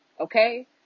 okay